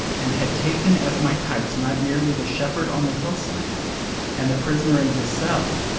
and had taken as my types not merely the shepherd on the hillside and the prisoner in his cell,